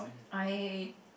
I